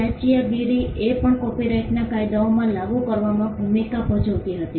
ચાંચિયાગીરીએ પણ કોપિરાઇટના કાયદાઓને લાગુ કરવામાં ભૂમિકા ભજવી હતી